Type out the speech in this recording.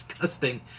disgusting